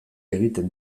egiten